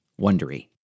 wondery